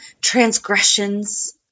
transgressions